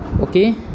Okay